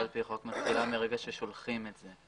תקופת הבדיקה מתחילה על פי החוק מרגע ששולחים את זה.